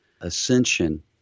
ascension